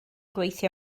gweithio